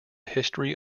history